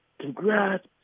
congrats